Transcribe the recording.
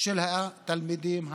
של התלמידים הערבים.